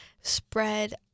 spread